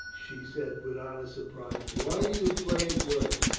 she said with honest surprise. why do you play at words?